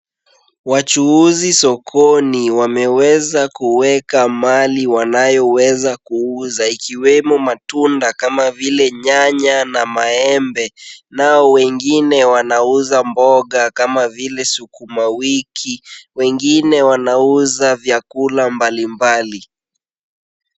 Wachuuzi sokoni, wameweza kuweka mali wanayoweza kuuza, ikiwemo matunda kama vile nyanya na maembe, nao wengine wanauza mboga kama vile sukuma wiki, wengine wanauza vyakula mbalimbali.